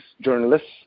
journalists